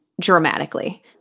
dramatically